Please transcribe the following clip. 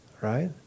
Right